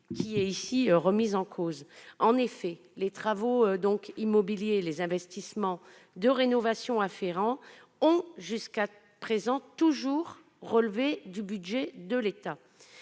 qui est ici remise en cause. En effet, les travaux immobiliers et les investissements de rénovation afférents ont jusqu'à présent toujours relevé du budget de l'État.